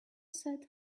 set